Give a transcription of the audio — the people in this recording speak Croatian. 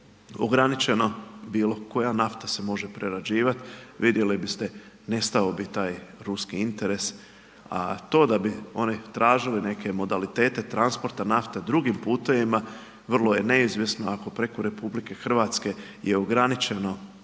ograničeno bilo koja nafta se može prerađivati, vidjeli biste nestao bi taj ruski interes. A to da bi oni tražili neke modalitete transporta nafte drugim putevima vrlo je neizvjesno ako preko RH je ograničeno